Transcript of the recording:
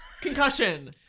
concussion